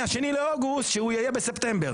מה-2 באוגוסט שהוא יהיה בספטמבר.